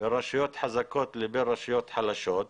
בין רשויות חזקות לבין רשויות חלשות.